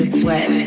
sweat